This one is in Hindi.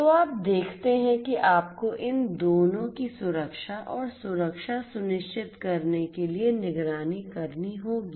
तो आप देखते हैं कि आपको इन दोनों की सुरक्षा और सुरक्षा सुनिश्चित करने के लिए निगरानी करनी होगी